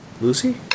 Lucy